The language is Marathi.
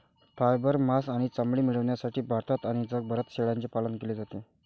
फायबर, मांस आणि चामडे मिळविण्यासाठी भारतात आणि जगभरात शेळ्यांचे पालन केले जाते